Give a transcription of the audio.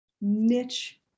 niche